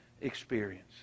experience